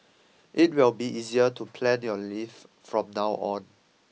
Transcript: it will be easier to plan your leave from now on